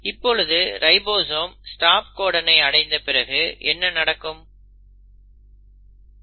இப்பொழுது ribosome stop கோடனை அடைந்த பிறகு என்ன நடந்திருக்கும்